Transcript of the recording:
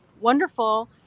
wonderful